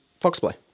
Foxplay